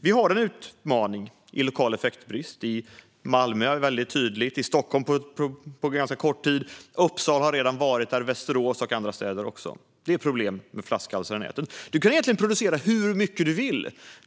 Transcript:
Vi har en utmaning i lokal effektbrist. I Malmö är det väldigt tydligt. I Stockholm har vi sett det ganska kort tid. Uppsala har varit där, liksom Västerås och andra städer. Det är problem med flaskhalsar i näten. Du kan egentligen producera hur mycket du vill.